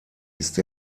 ist